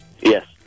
Yes